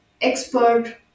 expert